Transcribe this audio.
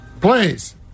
Please